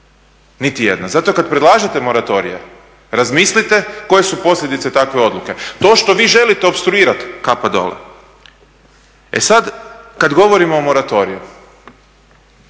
Nitijedna. Zato kad predlažete moratorije razmislite koje su posljedice takve odluke. To što vi želite opstruirati kapa dole. E sad, kad govorimo o moratoriju